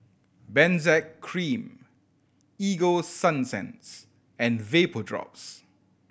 Benzac Cream Ego Sunsense and Vapodrops